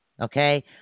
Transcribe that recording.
Okay